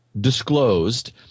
disclosed